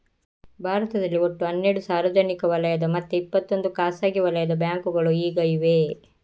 ಭಾರತದಲ್ಲಿ ಒಟ್ಟು ಹನ್ನೆರಡು ಸಾರ್ವಜನಿಕ ವಲಯದ ಮತ್ತೆ ಇಪ್ಪತ್ತೊಂದು ಖಾಸಗಿ ವಲಯದ ಬ್ಯಾಂಕುಗಳು ಈಗ ಇವೆ